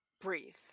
breathe